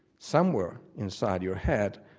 somewhere inside your head,